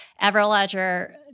Everledger